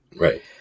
right